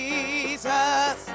Jesus